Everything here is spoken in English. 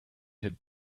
had